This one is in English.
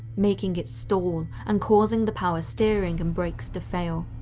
making it stall and causing the power steering and brakes to fail.